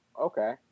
Okay